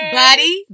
buddy